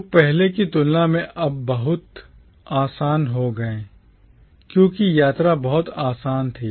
लोग पहले की तुलना में बहुत आसान हो गए क्योंकि यात्रा बहुत आसान थी